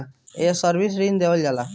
ये सर्विस ऋण देला का?